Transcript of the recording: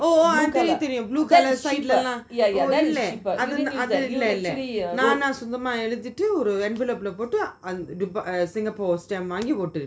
oh ah தெரியும் தெரியும்:teriyum teriyum blue colour side lah லாம் அது அது இல்ல நானா சொந்தமா ஏழுத்திட்டு ஒரு:lam athu athu illa naana sonthama eazhuthitu oru envelope lah போட்டு அது:potu athu singapore stamp வாங்கி ஓடிடுவான்:vangi otiduvan